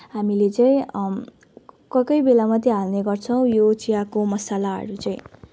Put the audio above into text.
हामीले चाहिँ कोही कोही बेला मात्रै हाल्ने गर्छौँ यो चियाको मसलाहरू चाहिँ